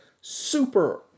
super